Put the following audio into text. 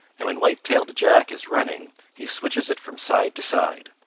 and when white-tailed jack is running he switches it from side to side.